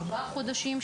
ארבעה חודשים,